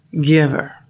giver